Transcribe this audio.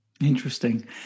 Interesting